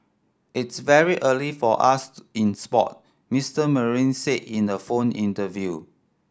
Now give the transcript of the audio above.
it's very early for us in sport Mister Marine said in a phone interview